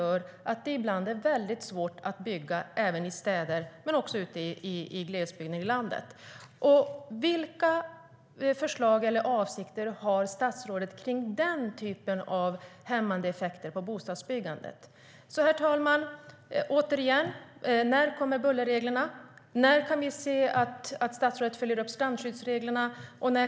Vilka förslag eller avsikter har statsrådet vad gäller den typen av hämmande effekter på bostadsbyggandet? Herr talman! Återigen: När kommer bullerreglerna? När kan vi se att statsrådet följer upp strandskyddsreglerna?